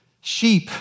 sheep